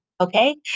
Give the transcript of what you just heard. Okay